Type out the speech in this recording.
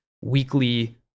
weekly